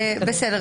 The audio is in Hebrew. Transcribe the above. תשובה.